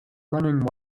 running